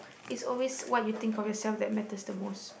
is always what you think of yourself that matters the most